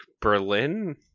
Berlin